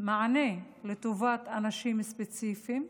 מענה לטובת אנשים ספציפיים,